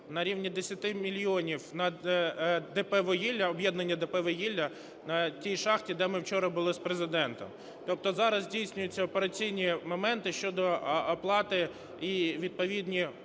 на рівні 10 мільйонів на ДП "Вугілля", об'єднання ДП "Вугілля", тій шахті де ми вчора були з Президентом. Тобто зараз здійснюються операційні моменти щодо оплати і відповідної